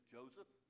Joseph